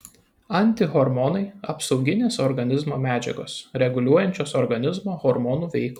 antihormonai apsauginės organizmo medžiagos reguliuojančios organizmo hormonų veiklą